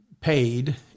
paid